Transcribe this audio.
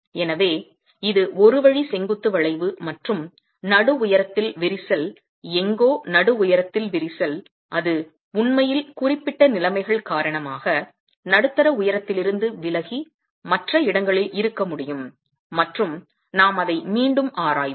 எனவே இது ஒரு வழி செங்குத்து வளைவு மற்றும் நடு உயரத்தில் விரிசல் எங்கோ நடு உயரத்தில் விரிசல் அது உண்மையில் குறிப்பிட்ட நிலைமைகள் காரணமாக நடுத்தர உயரத்தில் இருந்து விலகி மற்ற இடங்களில் இருக்க முடியும் மற்றும் நாம் அதை மீண்டும் ஆராய்வோம்